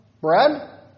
bread